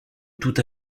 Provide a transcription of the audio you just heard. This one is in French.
tout